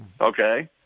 Okay